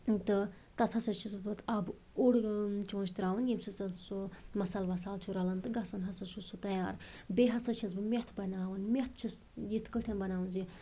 تہٕ تَتھ ہسا چھِس بہٕ آبہٕ اوٚڑ چونچہ تراوان ییٚمہِ تَتھ سُہ مصالہٕ وصالہٕ چھُ رَلان تہٕ گژھان ہسا چھِ سُہ تیار بیٚیہِ ہسا چھس بہٕ مٮ۪تھ بناوان مٮ۪تھ چھِس یِتھ کٔٹھۍ بناوان زِ